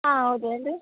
ಹಾಂ ಹೌದು ಹೇಳ್ರಿ